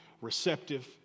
receptive